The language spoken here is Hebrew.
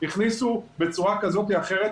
הכניסו בצורה כזאת או אחרת,